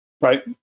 right